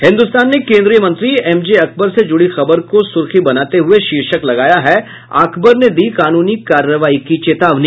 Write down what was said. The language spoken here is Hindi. हिन्दुस्तान ने केंद्रीय मंत्री एमजे अकबर से जुड़ी खबर को सुर्खी बनाते हुये शीर्षक लगाया है अकबर ने दी कानूनी कार्रवाई की चेतावनी